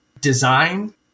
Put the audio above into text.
design